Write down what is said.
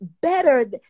better